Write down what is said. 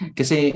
kasi